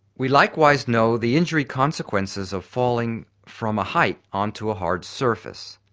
we likewise know the injury consequences of falling from a height onto a hard surface,